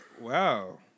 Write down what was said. Wow